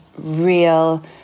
real